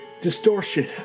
Distortion